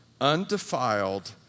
undefiled